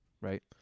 right